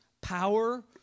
power